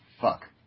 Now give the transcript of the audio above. fuck